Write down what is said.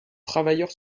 travailleurs